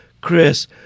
Chris